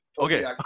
Okay